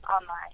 online